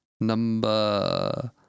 number